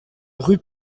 rue